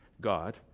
God